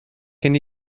gen